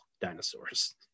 dinosaurs